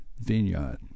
Vineyard